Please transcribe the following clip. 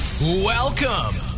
Welcome